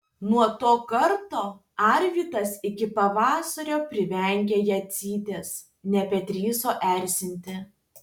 nuo to karto arvydas iki pavasario privengė jadzytės nebedrįso erzinti